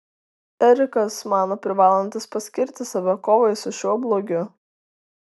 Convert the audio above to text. erikas mano privalantis paskirti save kovai su šiuo blogiu